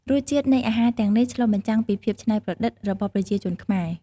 រសជាតិនៃអាហារទាំងនេះឆ្លុះបញ្ចាំងពីភាពឆ្នៃប្រឌិតរបស់ប្រជាជនខ្មែរ។